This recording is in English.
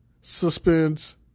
Suspense